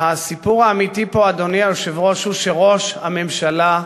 אדוני יושב-ראש האופוזיציה,